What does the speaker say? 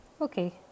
Okay